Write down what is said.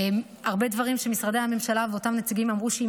הרבה דברים שמשרדי הממשלה ואותם נציגים אמרו שהיא